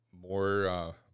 more